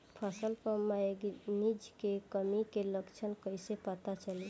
फसल पर मैगनीज के कमी के लक्षण कईसे पता चली?